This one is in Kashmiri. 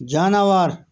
جاناوار